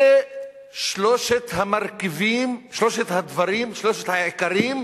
אלה שלושת הדברים העיקריים